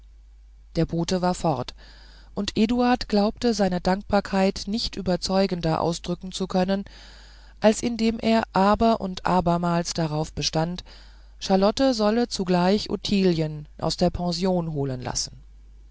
der bote war fort und eduard glaubte seine dankbarkeit nicht überzeugender ausdrücken zu können als indem er aber und abermals darauf bestand charlotte solle zugleich ottilien aus der pension holen lassen